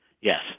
Yes